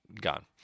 gone